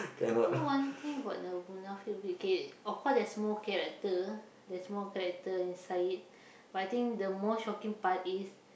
I think one thing about the Munafik K of course there's more character there's more character inside it but I think the more shocking part is